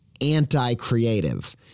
anti-creative